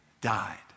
died